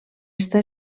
està